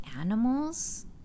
animals